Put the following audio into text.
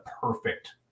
perfect